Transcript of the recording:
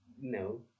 No